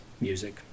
music